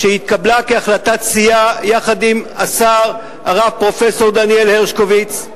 שהתקבלה כהחלטת סיעה יחד עם השר הרב פרופסור דניאל הרשקוביץ,